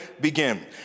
begin